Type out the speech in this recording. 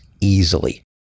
easily